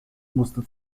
musste